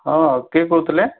ହଁ କିଏ କହୁଥିଲେ